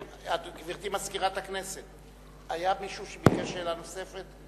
גברתי מזכירת הכנסת, היה מישהו שביקש שאלה נוספת?